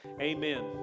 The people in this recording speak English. amen